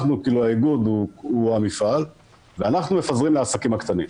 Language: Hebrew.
האיגוד הוא המפעל ואנחנו מפזרים לעסקים הקטנים.